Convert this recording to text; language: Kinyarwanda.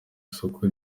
isoko